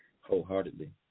wholeheartedly